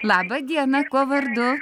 laba diena kuo vardu